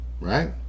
Right